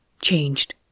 changed